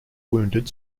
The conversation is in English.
wounded